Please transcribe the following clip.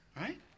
Right